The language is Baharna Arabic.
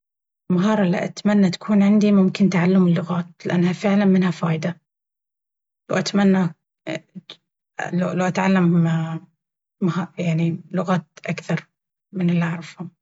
المهارة إلي أتمنى تكون عندي ممكن تعلم اللغات لأن فعلا منها فايدة وأتمنى لو أتعلم يعني لغات أكثر من الي أعرفهم